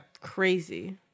crazy